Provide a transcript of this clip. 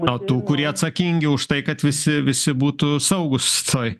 o tų kurie atsakingi už tai kad visi visi būtų saugūs toj